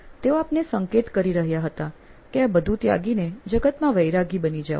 તેઓ આપને સંકેત કરી રહ્યા હતા કે આ બધું ત્યાગીને જગતમાં વૈરાગી બની જાઓ